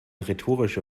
rhetorische